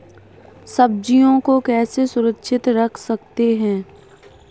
सब्जियों को कैसे सुरक्षित रख सकते हैं?